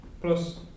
Plus